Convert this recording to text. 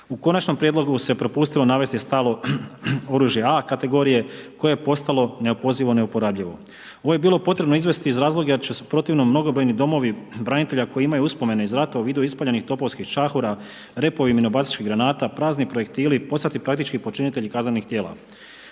U Konačnom prijedlogu se propustilo navesti staro oružje A kategorije koje je postalo neopozivo i neuporabljivo. Ovo je bilo potrebno izvesti iz razloga jer će se u protivnom mnogobrojni domovi branitelja koji imaju uspomene iz rata u vidu ispaljenih topovskih čahura, repovi minobacačkih granata, prazni projektili postati praktički počinitelji kaznenih djela.